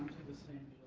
the same